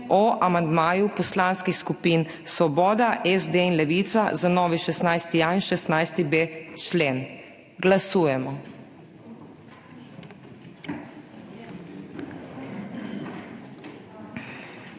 o amandmaju poslanskih skupin Svoboda, SD in Levica za novi 16.a in 16.b člen. Glasujemo.